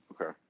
Okay